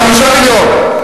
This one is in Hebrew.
5 מיליון.